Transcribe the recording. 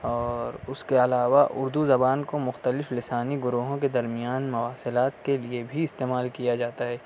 اور اس کے علاوہ اردو زبان کو مختلف لسانی گروہوں کے درمیان مواصلات کے لیے بھی استعمال کیا جاتا ہے